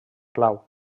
clau